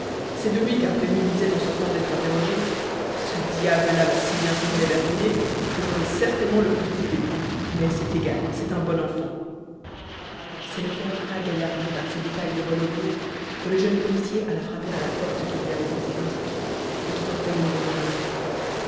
c'est de lui qu'un prévenu disait en sortant d'être interrogé ce diable là m'a si bien tiré les vers du nez que j'aurai certainement le cou coupé mais c'est égal c'est un bon enfant c'est le cœur ragaillardi par ces détails de bon augure que le jeune policier alla frapper à la porte qui lui avait été indiquée et qui portait le